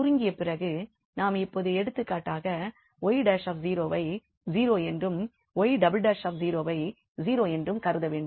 சுருக்கிய பிறகு நாம் இப்போது எடுத்துக்காட்டாக 𝑦′ஐ 0 என்றும் 𝑦′′ வை 0 என்றும் கருதவேண்டும்